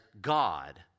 God